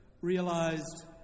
realized